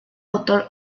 autor